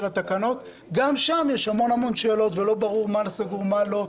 התקנות עדיין יש המון המון שאלות ולא ברור מה סגור ומה לא.